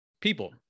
people